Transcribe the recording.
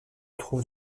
trouve